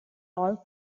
all